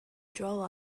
draw